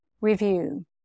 Review